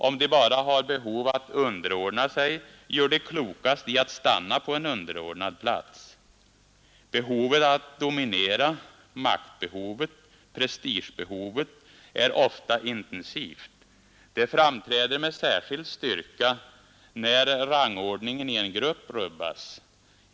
Om de bara har behov att underordna sig, gör de klokast i att stanna på en underordnad plats. Behovet att dominera, maktbehovet, prestigebehovet är ofta intensivt. Det framträder med särskild styrka, när rangordningen i en grupp rubbas.